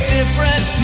Different